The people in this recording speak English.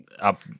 up